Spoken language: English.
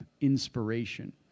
Inspiration